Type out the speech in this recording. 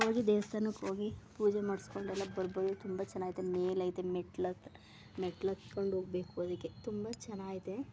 ಹೋಗಿ ದೇವಸ್ಥಾನಕ್ ಹೋಗಿ ಪೂಜೆ ಮಾಡಿಸ್ಕೊಂಡೆಲ್ಲ ಬರ್ಬೋದು ತುಂಬ ಚನಾಗಿದೆ ಮೇಲೆ ಇದೆ ಮೆಟ್ಲು ಹತ್ತು ಮೆಟ್ಲು ಹತ್ಕೊಂಡ್ ಹೋಗ್ಬೇಕು ಅದಕ್ಕೆ ತುಂಬ ಚನಾಗಿದೆ